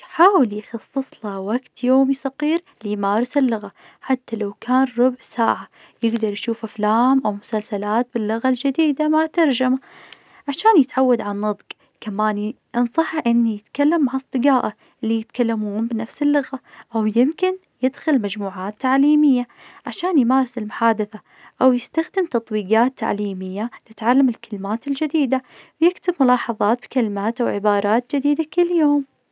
يحاول يخصصله وقت يومي سقير -صغير- يمارس اللغة, حتى لو كان ربع ساعة, يقدر يشوف أفلام أو مسلسلات باللغة الجديدة مع ترجمة, عشان يتعود عالنطق, كمان ي- أنصحه إن يتكلم مع اصدقائه اللي يتكلمون بنفس اللغة, أويمكن يدخل مجموعات تعليمية, عشان يمارس المحادثة, أو يستخدم تطبيقات تعليمية يتعلم الكلمات الجديدة, يكتب ملاحظات كلمات وعبارات جديدة كل يوم.